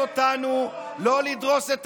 התנוסס בזמנו בלשכתו של ראש הממשלה דאז נתניהו,